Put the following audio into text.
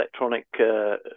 electronic